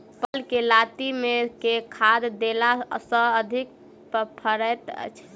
परवल केँ लाती मे केँ खाद्य देला सँ अधिक फरैत छै?